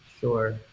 sure